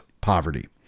poverty